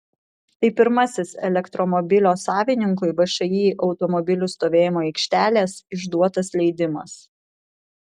tai pirmasis elektromobilio savininkui všį automobilių stovėjimo aikštelės išduotas leidimas